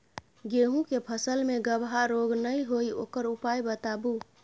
गेहूँ के फसल मे गबहा रोग नय होय ओकर उपाय बताबू?